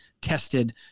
tested